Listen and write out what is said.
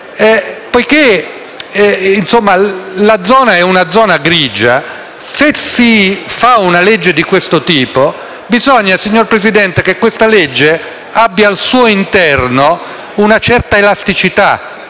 poiché si tratta di una zona grigia, se si fa una legge di questo tipo, bisogna, signor Presidente, che essa abbia al suo interno una certa elasticità,